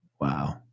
Wow